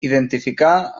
identificar